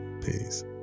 peace